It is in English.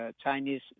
Chinese